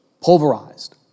pulverized